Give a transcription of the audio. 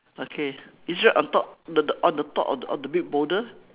okay it's right on top the the on the top of the of the big boulder